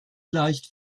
leicht